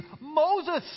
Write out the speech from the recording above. Moses